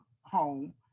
home